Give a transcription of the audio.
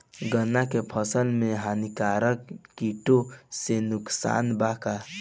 गन्ना के फसल मे हानिकारक किटो से नुकसान बा का?